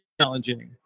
challenging